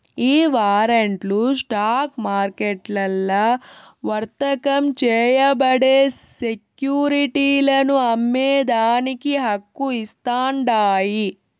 ఈ వారంట్లు స్టాక్ మార్కెట్లల్ల వర్తకం చేయబడే సెక్యురిటీలను అమ్మేదానికి హక్కు ఇస్తాండాయి